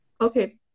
Okay